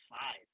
five